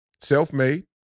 self-made